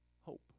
hope